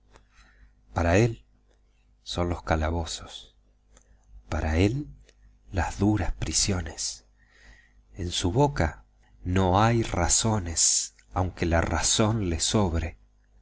para el son los calabozos para el las duras prisiones en su boca no hay razones aunque la razón le sobre